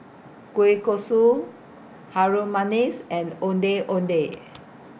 Kueh Kosui Harum Manis and Ondeh Ondeh